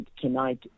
tonight